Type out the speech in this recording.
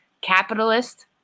capitalist